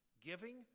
Giving